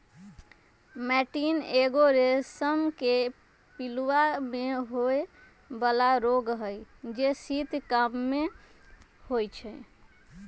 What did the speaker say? मैटीन एगो रेशम के पिलूआ में होय बला रोग हई जे शीत काममे होइ छइ